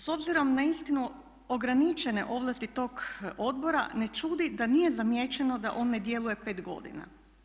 S obzirom na uistinu ograničene ovlasti tog odbora na čudi da nije zamijećeno da on ne djeluje 5 godina.